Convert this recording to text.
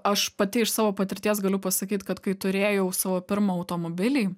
aš pati iš savo patirties galiu pasakyt kad kai turėjau savo pirmą automobilį